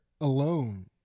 alone